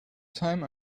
time